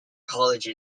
college